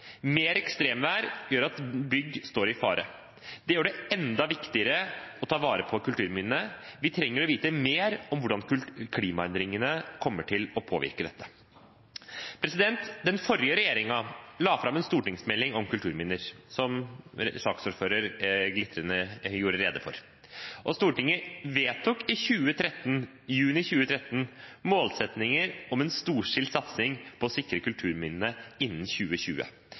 Mer ekstremvær gjør at bygg står i fare. Det gjør det enda viktigere å ta vare på kulturminnene. Vi trenger å vite mer om hvordan klimaendringene kommer til å påvirke dette. Den forrige regjeringen la fram en stortingsmelding om kulturminner, som saksordføreren så glitrende gjorde rede for. Stortinget vedtok i juni 2013 målsettinger om en storstilt satsing på å sikre kulturminnene innen 2020.